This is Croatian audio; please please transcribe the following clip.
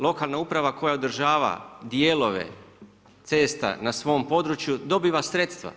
Lokalna uprava koja održava dijelove cesta na svom području dobiva sredstva.